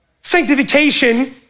Sanctification